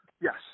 Yes